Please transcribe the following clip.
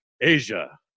Asia